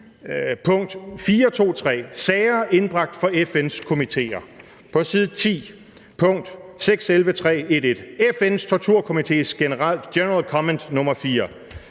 pkt. 4.2.3: Sager indbragt for FN's komitéer. På side 10, pkt. 6.11.3.1.1: FN's Torturkomités General Comment no. 4.